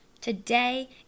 today